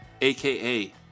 aka